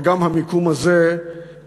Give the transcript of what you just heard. אבל גם המיקום הזה הביא,